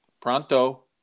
Pronto